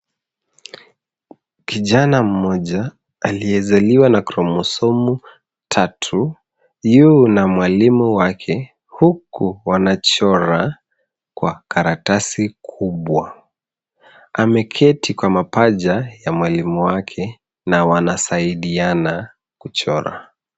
Kijana mmoja aliyezaliwa na chromosomu tatu yu na mwalimu wake huku wanachora kwa karatasi kubwa. Ameketi kwa mapaja ya mwalimu wake na wanasaidiana kuchora.